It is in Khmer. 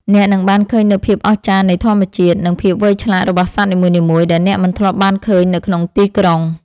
អ្នកនឹងបានឃើញនូវភាពអស្ចារ្យនៃធម្មជាតិ និងភាពវៃឆ្លាតរបស់សត្វនីមួយៗដែលអ្នកមិនធ្លាប់បានឃើញនៅក្នុងទីក្រុង។